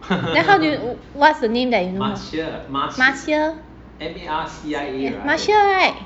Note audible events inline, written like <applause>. <noise> your friend [what] I thought is also your friend